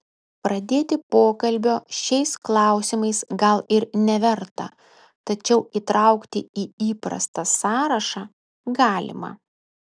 pradėti pokalbio šiais klausimais gal ir neverta tačiau įtraukti į įprastą sąrašą galima